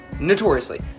Notoriously